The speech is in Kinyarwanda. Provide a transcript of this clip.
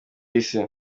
isi